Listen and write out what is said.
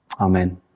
Amen